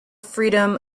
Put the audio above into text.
freedom